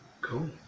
Cool